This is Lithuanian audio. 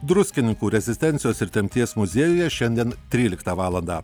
druskininkų rezistencijos ir tremties muziejuje šiandien tryliktą valandą